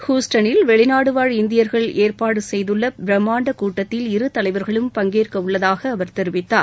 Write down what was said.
ஹூஸ்டனில் வெளிநாடுவாழ் இந்தியர்கள் ஏற்பாடு செய்துள்ள பிரமாண்ட கூட்டத்தில் இரு தலைவர்களும் பங்கேற்க உள்ளதாக அவர் தெரிவித்தார்